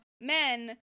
men